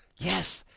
yes,